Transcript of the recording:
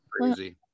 crazy